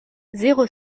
zéro